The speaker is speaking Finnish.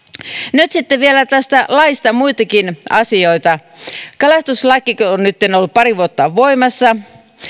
nyt sitten vielä tästä laista muitakin asioita kun kalastuslaki on nytten ollut pari vuotta voimassa